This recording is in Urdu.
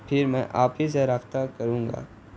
پھر میں آپ ہی سے رابطہ کروں گا